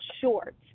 short